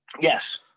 Yes